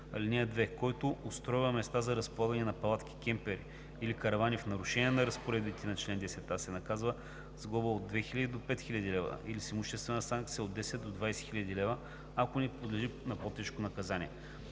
лв. (2) Който устройва места за разполагане на палатки, кемпери или каравани в нарушение на разпоредбите на чл. 10а се наказва с глоба от 2000 до 5000 лв. или с имуществена санкция от 10 000 до 20 000 лв., ако не подлежи на по-тежко наказание.